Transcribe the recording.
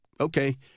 okay